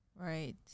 Right